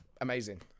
Amazing